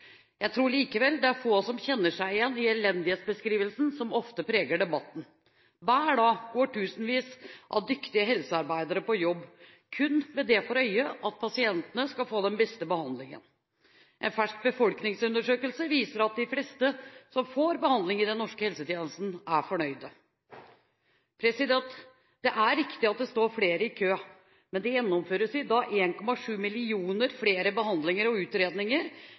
Jeg tror likevel det er få som kjenner seg igjen i elendighetsbeskrivelsen som ofte preger debatten. Hver dag går tusenvis av dyktige helsearbeidere på jobb, kun med det for øye at pasientene skal få den beste behandlingen. En fersk befolkningsundersøkelse viser at de fleste som får behandling i den norske helsetjenesten, er fornøyde. Det er riktig at det står flere i kø, men det gjennomføres i dag 1,7 millioner flere behandlinger og utredninger